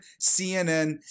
CNN